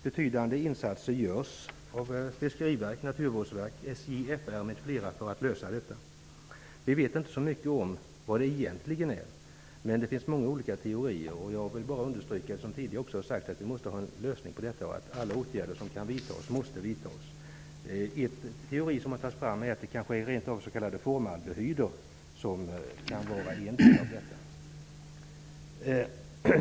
Betydande insatser görs från Fiskeriverket, Naturvårdsverket, SJFR m.fl. för att lösa detta problem. Vi vet inte så mycket om vad det egentligen är, men det finns många olika teorier. Jag vill bara understryka, som tidigare också sagts, att vi måste ha en lösning på detta och att alla åtgärder som kan vidtas måste vidtas. En teori som tagits fram är att rent av s.k. formhaldehyder kan vara en orsak.